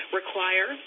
require